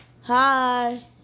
Hi